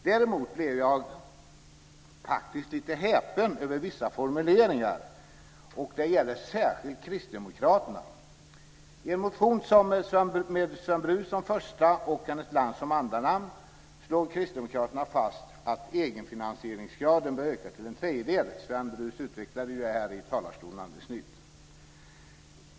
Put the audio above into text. Däremot blev jag lite häpen över vissa formuleringar, och det gäller faktiskt särskilt Kristdemokraterna. I en motion med Sven Brus som första och Kenneth Lantz som andra namn slår Kristdemokraterna fast att egenfinansieringsgraden bör öka till en tredjedel. Sven Brus utvecklade det i talarstolen alldeles nyss.